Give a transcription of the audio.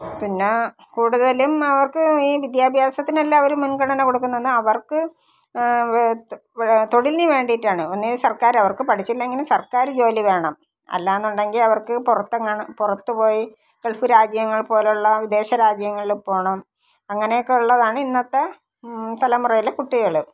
പിന്നെ കൂടുതലും അവർക്ക് ഈ വിദ്യാഭ്യാസത്തിനല്ല അവർ മുൻഗണന കൊടുക്കുന്നത് അവർക്ക് വേ തൊഴിലിന് വേണ്ടീട്ടാണ് ഒന്നേ സർക്കാരവർക്ക് പഠിച്ചില്ലെങ്കിലും സർക്കാർ ജോലി വേണം അല്ലാന്നുണ്ടെങ്കിൽ അവർക്ക് പുറത്തെങ്ങാണം പുറത്ത് പോയി ഗൾഫ് രാജ്യങ്ങൾ പോലുള്ള വിദേശ രാജ്യങ്ങളിൽ പോണം അങ്ങനെക്കെ ഉള്ളതാണ് ഇന്നത്തെ തലമുറയിലെ കുട്ടികൾ